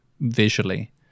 visually